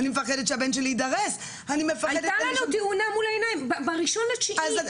אני מפחדת שיידרס" --- הייתה לנו תאונה מול העיניים ב-1 לספטמבר,